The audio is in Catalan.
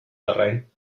terreny